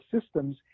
systems